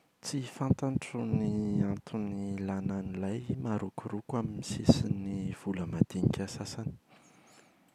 Tsy fantatro ny antony ilàna an’ilay marokoroko amin’ny sisin’ny vola madinika sasany.